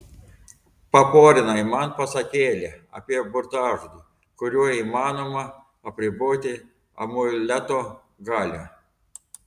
paporinai man pasakėlę apie burtažodį kuriuo įmanoma apriboti amuleto galią